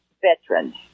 veterans